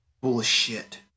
Bullshit